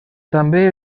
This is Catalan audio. també